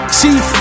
Chief